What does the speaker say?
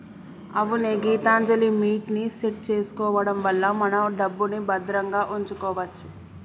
అవునే గీతాంజలిమిట్ ని సెట్ చేసుకోవడం వల్ల మన డబ్బుని భద్రంగా ఉంచుకోవచ్చు